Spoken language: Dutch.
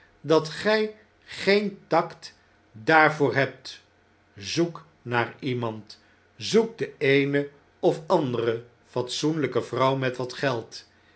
dat gij geen tact daarvoor hebt zoek naar iemand zoek de eene of andere fatsoenljjke vrouw met wat geld